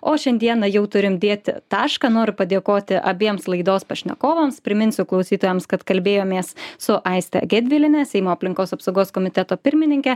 o šiandieną jau turim dėti tašką noriu padėkoti abiems laidos pašnekovams priminsiu klausytojams kad kalbėjomės su aiste gedviliene seimo aplinkos apsaugos komiteto pirmininke